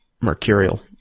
Mercurial